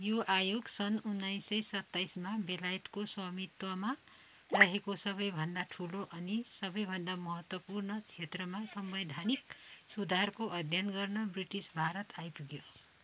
यो आयोग सन् उन्नाइस सय सत्ताइसमा बेलायतको स्वामित्वमा रहेको सबैभन्दा ठुलो अनि सबैभन्दा महत्त्वपूर्ण क्षेत्रमा संवैधानिक सुधारको अध्ययन गर्न ब्रिटिस भारत आइपुग्यो